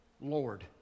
Lord